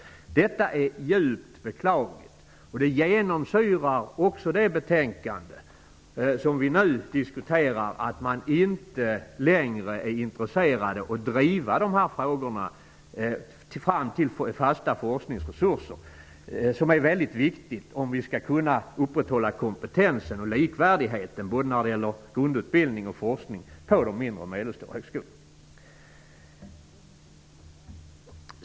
Detta är djupt beklagligt. Det genomsyrar också det betänkande som vi nu diskuterar att man inte längre är intresserad av att driva de här frågorna fram till fasta forskningsresurser, vilket är mycket viktigt om vi skall kunna upprätthålla kompetensen och likvärdigheten, när det gäller både grundutbildning och forskning på de mindre och medelstora högskolorna.